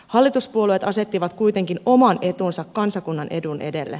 hallituspuolueet asettivat kuitenkin oman etunsa kansakunnan edun edelle